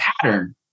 pattern